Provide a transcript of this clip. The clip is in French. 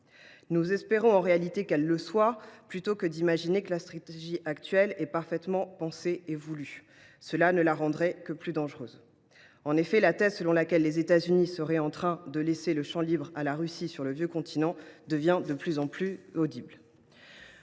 Nous espérons qu’elle le soit, en fait, plutôt que d’imaginer que la stratégie actuelle est parfaitement pensée et voulue : cela ne la rendrait que plus dangereuse. En effet, la thèse selon laquelle les États Unis seraient en train de laisser le champ libre à la Russie sur le vieux continent devient de plus en plus plausible.